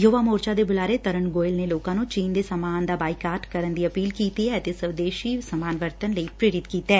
ਯੁਵਾ ਮੋਰਚਾ ਦੇ ਬੂਲਾਰੇ ਤਰੁਣ ਗੋਇਲ ਨੇ ਲੋਕਾਂ ਨੂੰ ਚੀਨ ਦੇ ਸਮਾਨ ਦਾ ਬਾਈਕਾਟ ਕਰਨ ਦੀ ਅਪੀਲ ਕੀਡੀ ਅਤੇ ਸਵਦੇਸ਼ੀ ਸਮਾਨ ਵਰਤਨ ਲਈ ਪ੍ਰੇਰਿਤ ਕੀਡੈ